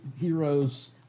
heroes